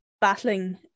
battling